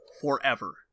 forever